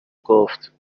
گفت